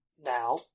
now